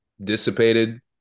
dissipated